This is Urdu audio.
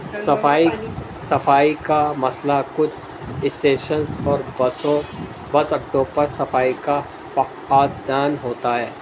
صفائی صفائی کا مسئلہ کچھ اسٹیشنس اور بسوں بس اڈوں پر صفائی کا فقدان ہوتا ہے